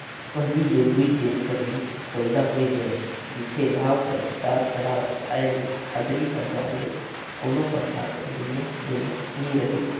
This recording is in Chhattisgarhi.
पहिली ले दुई देश कर बीच सउदा होए जाए रिथे, भाव कर उतार चढ़ाव आय ले हाजरी बजार ले कोनो परकार कर लेना देना नी रहें